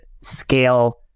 scale